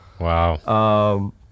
Wow